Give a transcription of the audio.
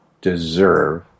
deserve